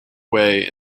way